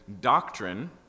doctrine